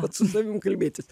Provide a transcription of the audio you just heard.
pats savim kalbėtis